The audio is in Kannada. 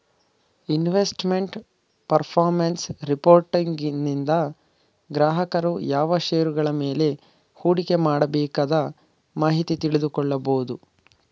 ಇನ್ವೆಸ್ಟ್ಮೆಂಟ್ ಪರ್ಫಾರ್ಮೆನ್ಸ್ ರಿಪೋರ್ಟನಿಂದ ಗ್ರಾಹಕರು ಯಾವ ಶೇರುಗಳ ಮೇಲೆ ಹೂಡಿಕೆ ಮಾಡಬೇಕದ ಮಾಹಿತಿ ತಿಳಿದುಕೊಳ್ಳ ಕೊಬೋದು